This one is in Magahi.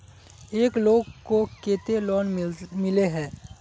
एक लोग को केते लोन मिले है?